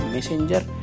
Messenger